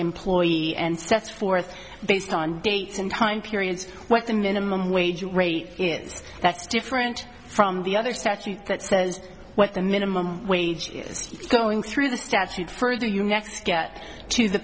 employee and sets forth based on dates and time periods what the minimum wage rate is that's different from the other statute that says what the minimum wage is going through the statute further you next get to the